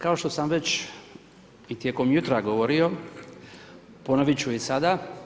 Kao što sam već i tijekom jutra govorio, ponovit ću i sada.